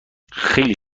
خیلی